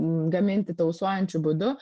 gaminti tausojančiu būdu